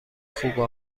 خوب